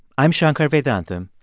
i'm shankar vedantam,